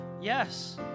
Yes